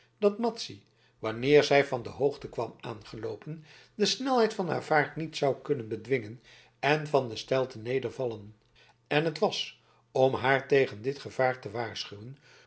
dat madzy wanneer zij van de hoogte kwam aangeloopen de snelheid van haar vaart niet zou kunnen bedwingen en van de steilte nedervallen en het was om haar tegen dit gevaar te waarschuwen